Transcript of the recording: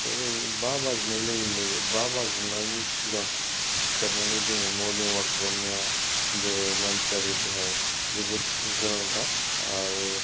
बा बाजिनाय लोगो लोगो बा बाजिनायनि सिगां सिखारनानै जोङो मरनिं अवाक खालामनायाबो मानसियारि देहायाव जोबोद गोनांथार आरो